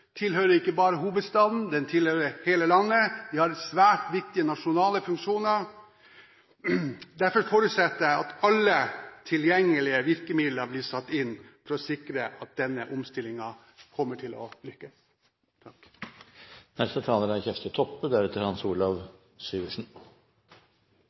tilhører ikke bare hovedstaden, det tilhører hele landet. Det har svært viktige nasjonale funksjoner. Derfor forutsetter jeg at alle tilgjengelige virkemidler blir satt inn for å sikre at denne omstillingen kommer til å lykkes.